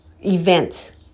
events